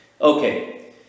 Okay